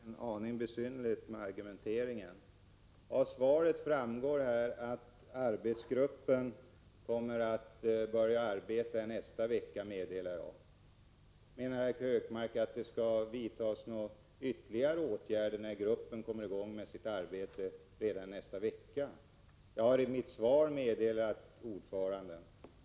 Herr talman! Nu är argumenteringen en aning besynnerlig, Gunnar Hökmark. Av svaret framgår att arbetsgruppen kommer att börja arbeta i nästa vecka. Menar herr Hökmark att det skall vidtas några ytterligare åtgärder, när gruppen kommer i gång med sitt arbete redan i nästa vecka? I mitt svar har jag även meddelat namnet på ordföranden.